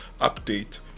update